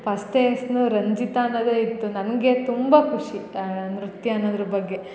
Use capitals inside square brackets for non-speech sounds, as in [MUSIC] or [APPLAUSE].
[UNINTELLIGIBLE] ರಂಜಿತಾ ಅನ್ನೋದೇ ಇತ್ತು ನನಗೆ ತುಂಬ ಖುಷಿ ನೃತ್ಯ ಅನ್ನೋದ್ರ ಬಗ್ಗೆ